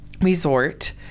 resort